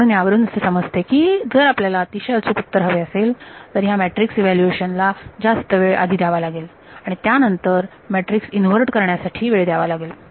म्हणून यावरून असे समजते की जर आपल्याला अतिशय अचूक उत्तर हवे असेल तर आपल्याला ह्या मॅट्रिक्स इव्हॅल्युएशन ला जास्त वेळ आधी द्यावा लागेल आणि त्यानंतर मॅट्रिक्स इन्व्हर्ट करण्यासाठी वेळ द्यावा लागेल